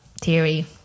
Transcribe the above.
theory